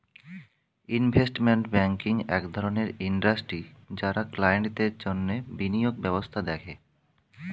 investment banking এক ধরণের industry যারা ক্লায়েন্টদের জন্যে বিনিয়োগ ব্যবস্থা দেখে